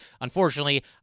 Unfortunately